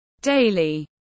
daily